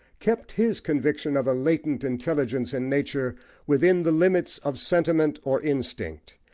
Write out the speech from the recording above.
kept his conviction of a latent intelligence in nature within the limits of sentiment or instinct,